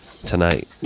tonight